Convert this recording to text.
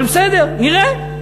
אבל בסדר, נראה,